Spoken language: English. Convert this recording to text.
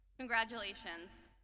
congratulations.